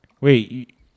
Wait